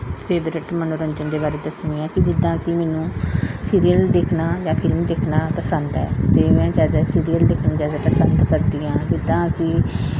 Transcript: favourite ਮਨੋਰੰਜਨ ਦੇ ਬਾਰੇ ਦੱਸਦੀ ਹਾਂ ਕਿ ਜਿੱਦਾਂ ਕਿ ਮੈਨੂੰ ਸੀਰੀਅਲ ਦੇਖਣਾ ਜਾਂ ਫਿਲਮ ਦੇਖਣਾ ਪਸੰਦ ਹੈ ਅਤੇ ਮੈਂ ਜ਼ਿਆਦਾ ਸੀਰੀਅਲ ਦੇਖਣਾ ਜ਼ਿਆਦਾ ਪਸੰਦ ਕਰਦੀ ਹਾਂ ਜਿੱਦਾਂ ਕਿ